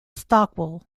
stockwell